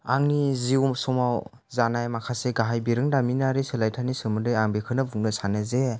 आंनि जिउ समाव जानाय माखासे गाहाय बिरोंदामिनारिनि सोलायथाइनि सोमोन्दै आं बेखौनो बुंनो सानो जे